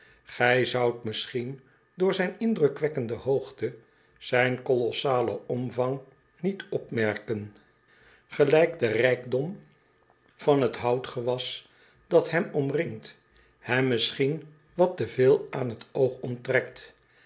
ij zoudt misschien door zijn indrukwekkende hoogte zijn colossalen omvang niet opmerken gelijk de rijkdom van het houtgewas dat hem omringt hem misschien wat te veel aan het oog onttrekt